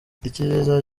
icyiza